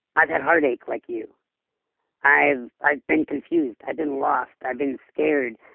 i've had heartache like you i've i've been confused, i've been lost, i've been scared,